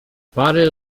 pary